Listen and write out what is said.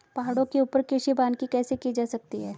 पहाड़ों के ऊपर कृषि वानिकी कैसे की जा सकती है